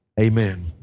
Amen